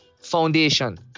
Foundation